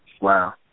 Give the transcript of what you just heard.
Wow